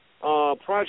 project